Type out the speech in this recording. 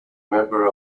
member